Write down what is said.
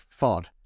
FOD